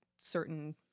certain